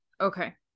Okay